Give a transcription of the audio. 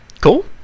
Cool